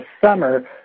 summer